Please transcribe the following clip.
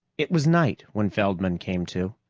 it was night when feldman came to,